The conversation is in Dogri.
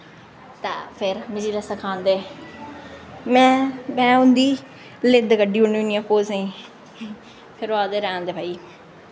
ते फिर मीं जिसलै सखांदे में में उं'दी लिद्द कड्ढी ओड़नी होन्नी आं पोजें फिर ओह् आखदे रैह्न दे भाई